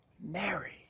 Mary